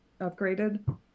upgraded